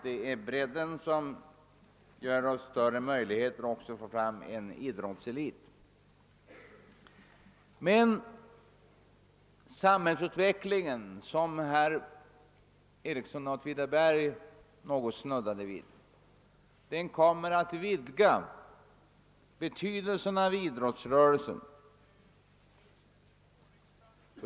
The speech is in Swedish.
Det är bredden som ger de större möjligheterna att få fram en elitidrott. Samhällsutvecklingen kommer, vilket herr Ericsson i Åtvidaberg något snuddade vid, att öka betydelsen av idrott.